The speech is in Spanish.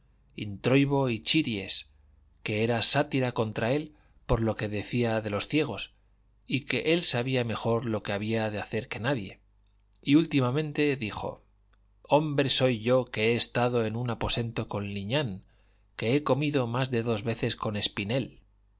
chiries que era sátira contra él por lo que decía de los ciegos y que él sabía mejor lo que había de hacer que nadie y últimamente dijo hombre soy yo que he estado en un aposento con liñán y he comido más de dos veces con espinel